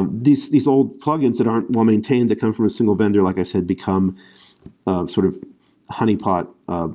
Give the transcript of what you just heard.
um these these old plug-ins that aren't well-maintained, they come from a single vendor, like i said, become a ah sort of honey pot of